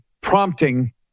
prompting